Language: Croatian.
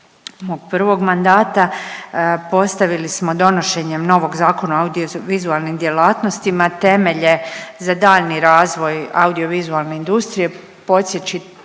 mog prvog mandata postavili smo donošenjem novog zakona ovdje o vizualnim djelatnostima temelje za daljnji razvoj audiovizualne industrije. Podsjetit